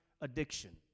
addiction